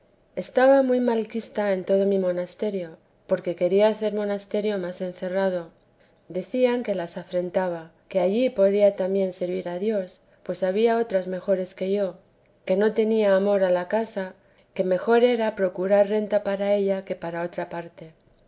estaba muy malquista en todo mi monasterio porque quería hacer monasterio más encerrado decían que las afrentaba que allí podía también servir a dios pues había otras mejores que yo que no tenía amor a la casa que mejor era procurar renta para ella que para otra parte